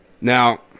Now